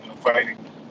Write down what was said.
fighting